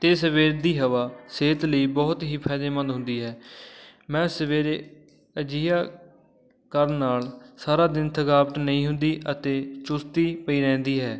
ਅਤੇ ਸਵੇਰ ਦੀ ਹਵਾ ਸਿਹਤ ਲਈ ਬਹੁਤ ਹੀ ਫ਼ਾਇਦੇਮੰਦ ਹੁੰਦੀ ਹੈ ਮੈਂ ਸਵੇਰੇ ਅਜਿਹਾ ਕਰਨ ਨਾਲ਼ ਸਾਰਾ ਦਿਨ ਥਕਾਵਟ ਨਹੀਂ ਹੁੰਦੀ ਅਤੇ ਚੁਸਤੀ ਪਈ ਰਹਿੰਦੀ ਹੈ